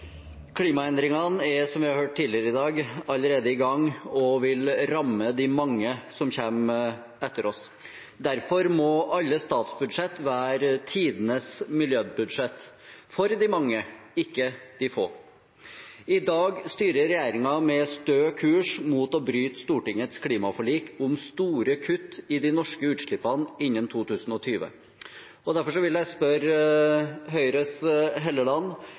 Klimaendringene er, som vi har hørt tidligere i dag, allerede i gang og vil ramme de mange som kommer etter oss. Derfor må alle statsbudsjett være tidenes miljøbudsjett – for de mange, ikke for de få. I dag styrer regjeringen med stø kurs mot å bryte Stortingets klimaforlik om store kutt i de norske utslippene innen 2020. Derfor vil jeg spørre Høyres Helleland: